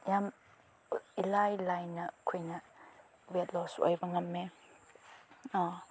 ꯌꯥꯝ ꯏꯂꯥꯏ ꯂꯥꯏꯅ ꯑꯩꯈꯣꯏꯅ ꯋꯦꯠ ꯂꯣꯁ ꯑꯣꯏꯕ ꯉꯝꯃꯦ